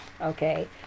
okay